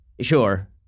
Sure